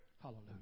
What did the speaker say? Hallelujah